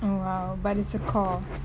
oh !wow! but it's a core